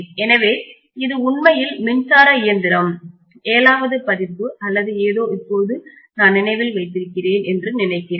எனவே இது உண்மையில் மின்சார இயந்திரம் ஏழாவது பதிப்பு அல்லது ஏதோ இப்போது நான் நினைவில் வைத்திருக்கிறேன் என்று நினைக்கிறேன்